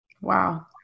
Wow